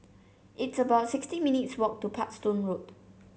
it's about sixty minutes walk to Parkstone Road